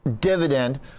dividend